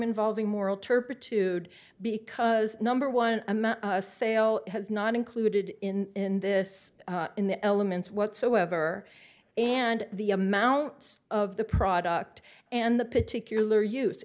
involving moral turpitude because number one sale has not included in in this in the elements whatsoever and the amount of the product and the particular use